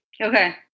Okay